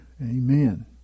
Amen